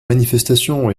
manifestations